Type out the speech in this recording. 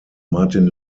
martin